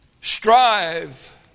Strive